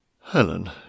Helen